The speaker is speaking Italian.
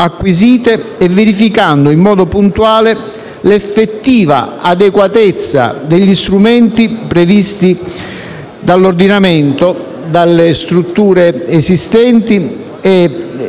e verificando in modo puntuale l'effettiva adeguatezza degli strumenti previsti dall'ordinamento, delle strutture esistenti e